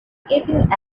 escaping